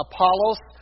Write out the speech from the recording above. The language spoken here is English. Apollos